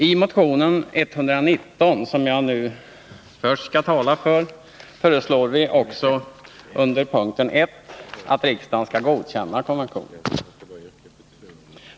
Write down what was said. I motionen 119, som jag nu skall tala för, föreslår vi också under punkt 1 att riksdagen skall godkänna konventionen.